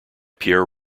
pierre